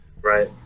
Right